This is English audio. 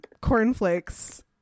cornflakes